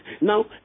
Now